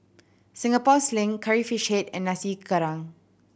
Singapore Sling Curry Fish Head and Nasi Goreng Kerang